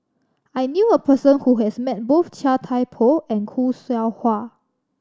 I knew a person who has met both Chia Thye Poh and Khoo Seow Hwa